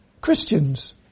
Christians